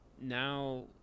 now